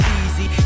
easy